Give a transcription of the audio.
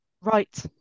Right